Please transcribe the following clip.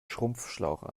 schrumpfschlauch